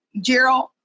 Gerald